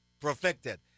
Perfected